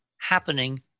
happening